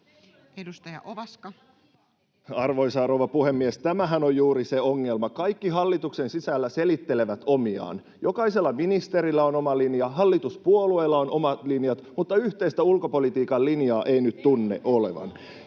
Content: Arvoisa rouva puhemies! Tämähän on juuri se ongelma: Kaikki hallituksen sisällä selittelevät omiaan. Jokaisella ministerillä on oma linja, hallituspuolueilla on omat linjat, mutta yhteistä ulkopolitiikan linjaa ei nyt tunnu olevan.